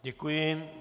Děkuji.